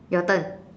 your turn